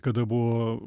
kada buvo